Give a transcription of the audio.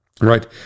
right